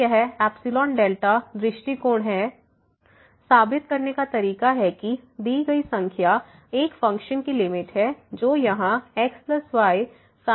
तो यह दृष्टिकोण है साबित करने का तरीका है कि दी गई संख्या एक फ़ंक्शन की लिमिट है जो यहां xysin 1xy है